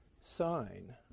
sign